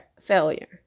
failure